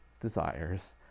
desires